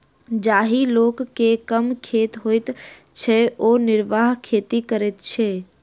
जाहि लोक के कम खेत होइत छै ओ निर्वाह खेती करैत छै